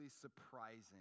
surprising